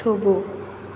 થોભો